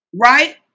right